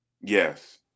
Yes